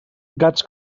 gats